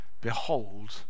Behold